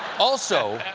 also,